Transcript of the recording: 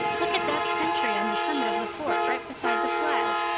look at that sentry on the summit of the fort, right beside the flag.